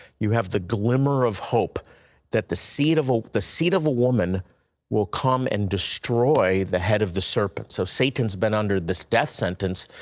you have the glimmer of hope that the seed ah the seed of a woman will come and destroy the head of the serpent. so satan has been under this death sentence.